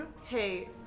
Hey